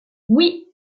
oui